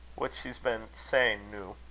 what's she been sayin' noo?